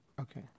Okay